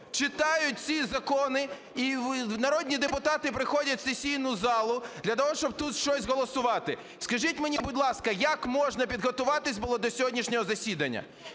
читають ці закони, і народні депутати приходять в сесійну залу для того, щоб тут щось голосувати, скажіть мені, будь ласка, як можна підготуватись до сьогоднішнього засідання?